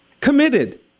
committed